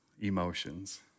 emotions